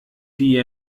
die